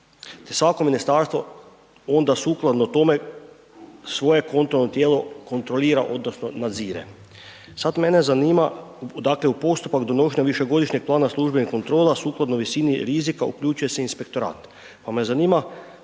svako ministarstvo onda sukladno tome svoje kontrolno tijelo kontrolira odnosno nadzire. Sad mene zanima, dakle, u postupak donošenja višegodišnjeg plana službenih kontrola sukladno visini rizika uključuje se Inspektorat, pa me zanima